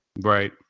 Right